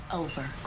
over